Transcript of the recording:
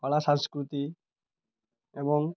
କଳା ସଂସ୍କୃତି ଏବଂ